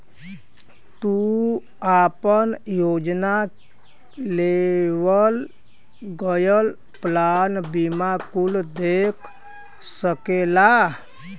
तू आपन योजना, लेवल गयल प्लान बीमा कुल देख सकला